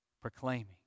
proclaiming